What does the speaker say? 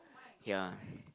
ya